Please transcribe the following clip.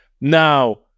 Now